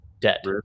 debt